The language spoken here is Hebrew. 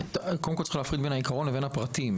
קודם כל צריך להפריד בין העיקרון לבין הפרטים.